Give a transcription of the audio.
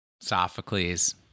Sophocles